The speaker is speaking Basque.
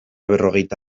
berrogeita